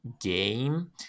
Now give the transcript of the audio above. game